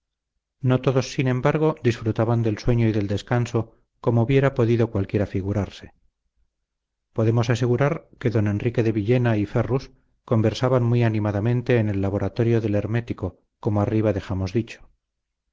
no todos sin embargo disfrutaban del sueño y del descanso como hubiera podido cualquiera figurarse podemos asegurar que don enrique de villena y ferrus conversaban muy animadamente en el laboratorio del hermético como arriba dejamos dicho